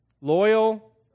Loyal